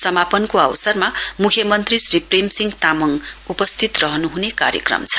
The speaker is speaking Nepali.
समापनको अवसरमा मुख्यमन्त्री श्री प्रेमसिंह तामाङ उपस्थित रहनुहने कार्यक्रम छ